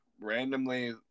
randomly